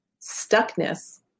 Stuckness